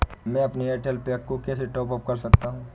मैं अपने Airtel pack को कैसे टॉप अप कर सकता हूँ?